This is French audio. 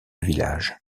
village